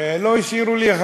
לא השאירו לי,